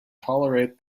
tolerate